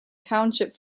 township